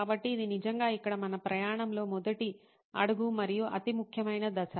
కాబట్టి ఇది నిజంగా ఇక్కడ మన ప్రయాణంలో మొదటి అడుగు మరియు అతి ముఖ్యమైన దశ